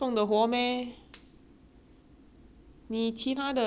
你其他的要想拿新的种得活 meh